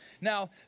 now